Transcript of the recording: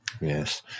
Yes